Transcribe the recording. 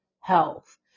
health